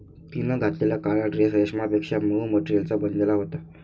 तिने घातलेला काळा ड्रेस रेशमापेक्षा मऊ मटेरियलचा बनलेला होता